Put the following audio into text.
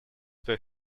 per